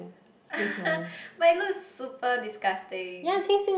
but it looks super disgusting